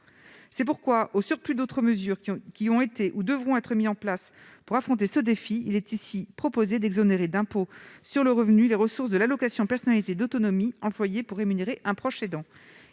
C'est pourquoi, au surplus d'autres mesures qui ont été ou devront être mises en place pour affronter ce défi, il est ici proposé d'exonérer d'impôt sur le revenu les ressources de l'allocation personnalisée d'autonomie employées pour rémunérer un proche aidant.